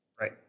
Right